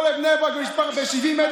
בשביל לדעת לא להדביק את השני.